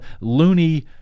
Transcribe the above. loony